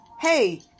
hey